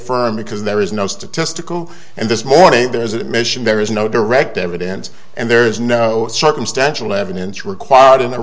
firmed because there is no statistical and this morning there is an admission there is no direct evidence and there is no circumstantial evidence required in